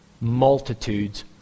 multitudes